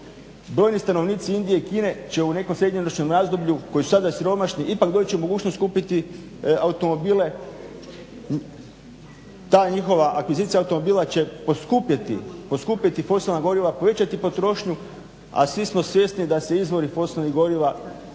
Brojni stanovnici Indije i Kine će u nekom srednjeročnom razdoblju koji su sada siromašni ipak doći u mogućnost kupiti automobile. Ta njihova akvizicija automobila će poskupjeti fosilna goriva, povećati potrošnju, a svi smo svjesni da se izvori fosilnih goriva ne